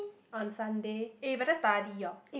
on Sunday eh eh better study orh